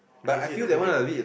crazy the way they